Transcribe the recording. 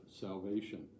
salvation